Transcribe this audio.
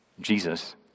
Jesus